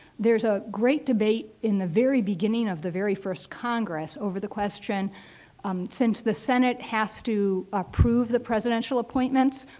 there's a great debate in the very beginning of the very first congress over the question um since the senate has to ah prove the presidential appointments,